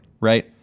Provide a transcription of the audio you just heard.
right